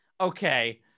okay